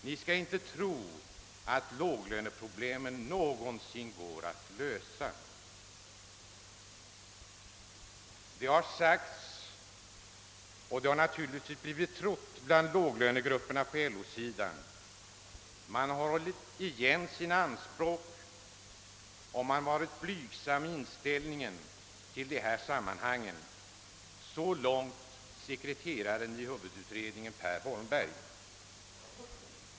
Ni skall inte tro att låglöneproblemen någonsin går att lösa. ——— Det har sagts. Och det har naturligtvis blivit trott bland låglönegrupperna på LO-sidan. Man har hållit igen sina anspråk och man har varit blygsam i inställningen till de här sammanhangen.» Så långt huvudsekreteraren i utredningen, Per Holmberg.